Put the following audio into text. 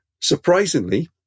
Surprisingly